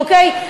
אוקיי?